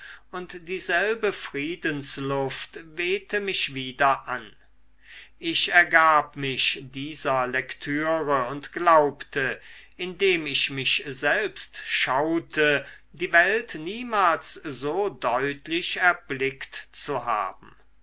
und dieselbe friedensluft wehte mich wieder an ich ergab mich dieser lektüre und glaubte indem ich in mich selbst schaute die welt niemals so deutlich erblickt zu haben